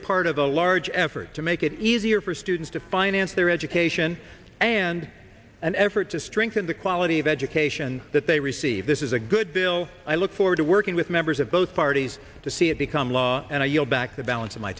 are part of a large effort to make it easier for students to finance their education and an effort to strengthen the quality of education that they receive this is a good bill i look forward to working with members of both parties to see it become law and i yield back the balance of my